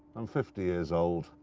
i'm fifty years old.